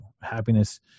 Happiness